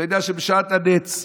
אתה יודע שבשעת הנץ,